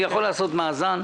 אני יכול לעשות מאזן.